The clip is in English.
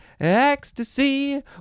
ecstasy